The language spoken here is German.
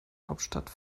hauptstadt